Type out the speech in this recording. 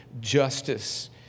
justice